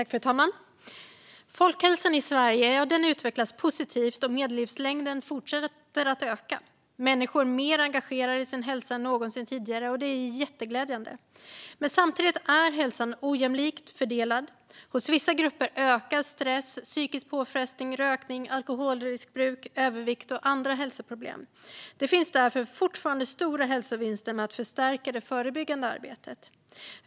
Fru talman! Folkhälsan i Sverige utvecklas positivt, och medellivslängden fortsätter att öka. Människor är mer engagerade i sin hälsa än någonsin tidigare, och det är jätteglädjande. Samtidigt är hälsan ojämlikt fördelad - hos vissa grupper ökar stress, psykisk påfrestning, rökning, alkoholriskbruk, övervikt och andra hälsoproblem. Det finns därför fortfarande stora hälsovinster med att förstärka det förebyggande arbetet.